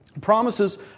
promises